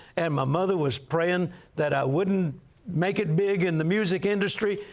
and my mother was praying that i wouldn't make it big in the music industry.